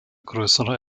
größerer